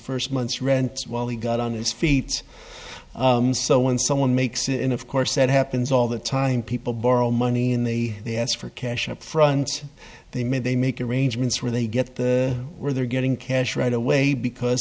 first month's rent while he got on his feet so when someone makes it and of course that happens all the time people borrow money in the they ask for cash up front they made they make arrangements where they get the where they're getting cash right away because